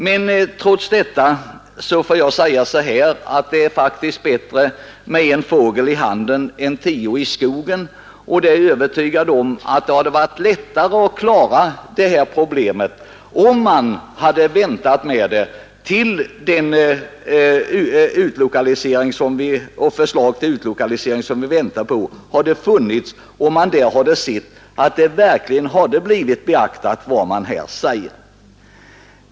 Men det är i alla fall bättre med en fågel i handen än med tio i skogen, och jag är övertygad om att det hade varit lättare att klara av problemen om man hade avvaktat till dess det förslag om utlokalisering som vi väntar på hade förelegat, så att vi hade kunnat se att vad departementschefen sagt verkligen hade beaktats.